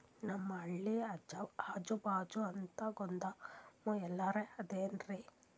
ನಮ್ ಹಳ್ಳಿ ಅಜುಬಾಜು ಅಂತ ಗೋದಾಮ ಎಲ್ಲರೆ ಅವೇನ್ರಿ?